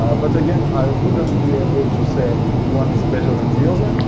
um but again, i wouldn't be able to say one is better than the other.